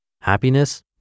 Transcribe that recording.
Happiness